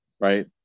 right